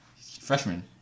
Freshman